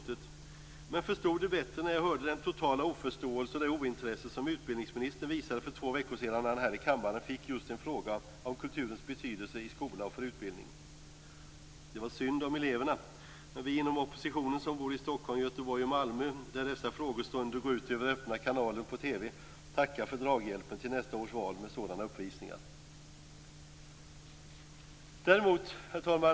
Men jag förstod det bättre när jag hörde den totala oförståelse och det ointresse som utbildningsministern visade för två veckor sedan när han här i kammaren just fick en fråga om kulturens betydelse i skolan och för utbildningen. Det är synd om eleverna. Men vi inom oppositionen som bor i Stockholm, Göteborg och Malmö - där dessa frågestunder går ut i Öppna kanalen på TV - tackar för draghjälpen till nästa års val med sådana uppvisningar. Herr talman!